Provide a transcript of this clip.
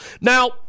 Now